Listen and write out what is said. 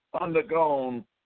undergone